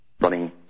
running